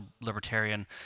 libertarian